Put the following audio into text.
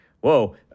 whoa